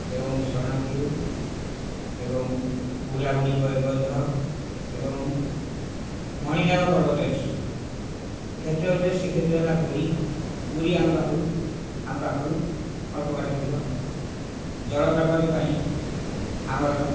ଏବଂ ଶରଣକୂଳ ଏବଂ ବୁଢ଼ାବୁଢ଼ୀ ବନ୍ଧ ଏବଂ ମଣିନାଗ ପର୍ବତ ଅଛି କ୍ଷେତ୍ର ଭିତରେ ଶ୍ରୀକ୍ଷେତ୍ର ହେଲା ପୁରୀ ପୁରୀ ଆମ ପାଖରୁ ଆମ ପାଖରୁ ଅଳ୍ପବାଟ ଦୂର ଜଳପ୍ରପାତ ପାଇଁ ଆମର